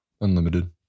Unlimited